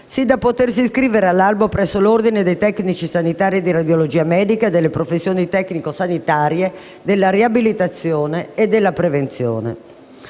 sì da potersi iscrivere all'albo presso l'Ordine dei tecnici sanitari di radiologia medica e delle professioni tecnico sanitarie, della riabilitazione e della prevenzione.